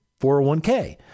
401k